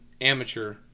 Amateur